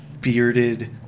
bearded